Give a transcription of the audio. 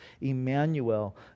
Emmanuel